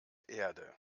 erde